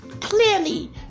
clearly